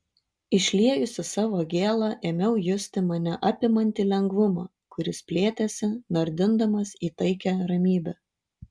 išliejusi savo gėlą ėmiau justi mane apimantį lengvumą kuris plėtėsi nardindamas į taikią ramybę